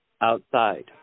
Outside